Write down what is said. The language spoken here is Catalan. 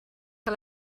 que